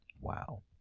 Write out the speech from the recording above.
Wow